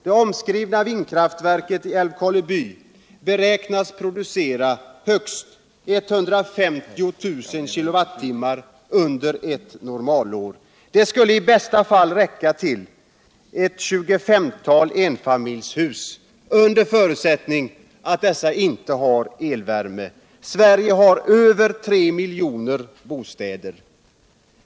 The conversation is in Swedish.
Det omskrivna vindkraftverket i Älvkarleby beräknas producera högst 150 000 kilowattimmar under eu normalår. Det skulle i bästa fall räcka till ett tjugolemtal enfamiljshus under förutsättning utt de inte har elvärme. Sverige har över tre miljoner bostäder.